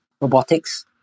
robotics